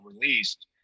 released